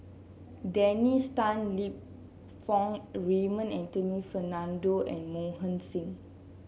Dennis Tan Lip Fong Raymond Anthony Fernando and Mohan Singh